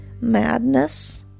madness